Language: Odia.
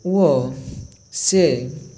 ଓ ସେ